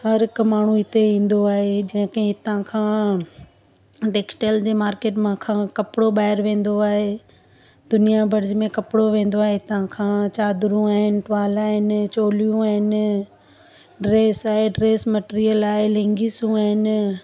हर हिकु माण्हू हिते ईंदो आहे जंहिंखे हितां खां टेक्सटाइल जे मार्केट मां खां कपिड़ो ॿाहिरि वेंदो आहे दुनिया भर में कपिड़ो वेंदो आहे हितां खां चादरूं आहिनि टुवाल आहिनि चोलियूं आहिनि ड्रेस आहे ड्रेस मेटिरियल आहे लेंगिसूं आहिनि